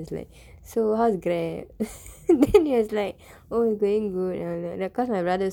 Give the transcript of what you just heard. is like so how is grab then he was like oh going good then after that cause my brother